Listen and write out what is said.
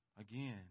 Again